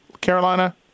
Carolina